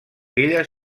illes